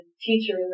teacher